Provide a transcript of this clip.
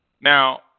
Now